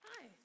Hi